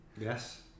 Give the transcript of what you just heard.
Yes